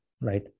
Right